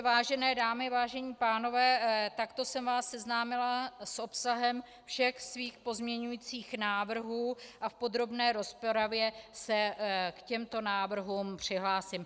Vážené dámy, vážení pánové, takto jsem vás seznámila s obsahem všech svých pozměňujících návrhů a v podrobné rozpravě se k těmto návrhům přihlásím.